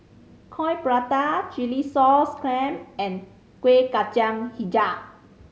Coin Prata chilli sauce clams and Kueh Kacang Hijau